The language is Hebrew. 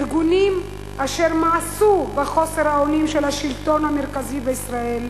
ארגונים אשר מאסו בחוסר האונים של השלטון המרכזי בישראל,